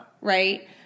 right